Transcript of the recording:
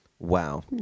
wow